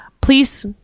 please